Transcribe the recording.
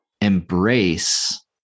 embrace